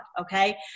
Okay